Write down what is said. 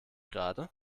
gerade